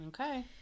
Okay